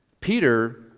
Peter